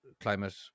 climate